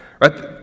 Right